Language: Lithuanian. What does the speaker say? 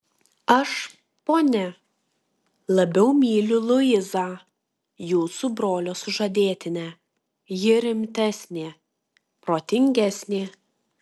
aš ponia labiau myliu luizą jūsų brolio sužadėtinę ji rimtesnė protingesnė